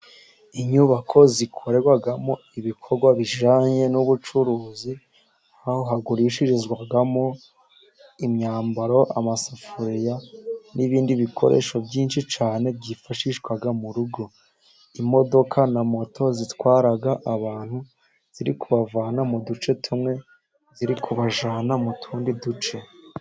Inyubako zikorerwamo ibikorwa bijyanye n'ubucuruzi, aho hagurishirizwamo imyambaro, amasafuriya n'ibindi bikoresho byinshi cyane byifashishwa mu rugo, imodoka na moto zitwara abantu, ziri kubavana mu duce tumwe ziri kubajyana mu tundi duce.